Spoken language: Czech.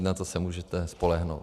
Na to se můžete spolehnout.